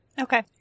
Okay